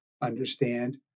understand